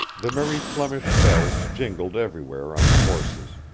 the merry flemish bells jingled everywhere on the horses